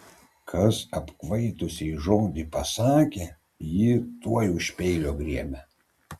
kas apkvaitusiai žodį pasakė ji tuoj už peilio griebia